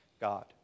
God